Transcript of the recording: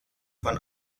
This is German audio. von